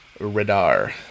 radar